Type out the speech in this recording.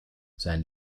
sein